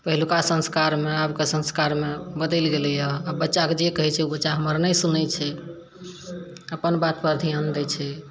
पहिलुका संस्कारमे आबके संस्कारमे बदलि गेलैए आब बच्चा कऽ जे कहैत छै ओ बच्चा हमर नहि सुनैत छै अपन बात पर धिआन दै छै